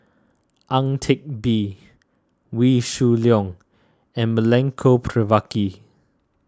Ang Teck Bee Wee Shoo Leong and Milenko Prvacki